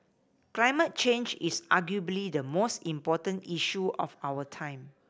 climate change is arguably the most important issue of our time